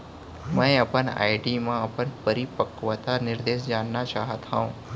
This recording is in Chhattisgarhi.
मै अपन आर.डी मा अपन परिपक्वता निर्देश जानना चाहात हव